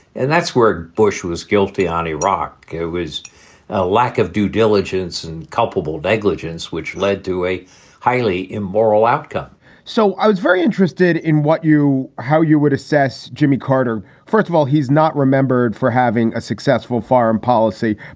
and that's where ah bush was guilty on iraq. it was a lack of due diligence and culpable negligence, which led to a highly immoral outcome so i was very interested in what you how you would assess jimmy carter. first of all, he's not remembered for having a successful foreign policy.